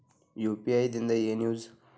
UPI ದಿಂದ ಏನು use?